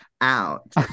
out